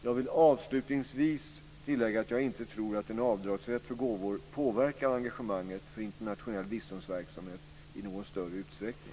Jag vill avslutningsvis tillägga att jag inte tror att en avdragsrätt för gåvor påverkar engagemanget för internationell biståndsverksamhet i någon större utsträckning.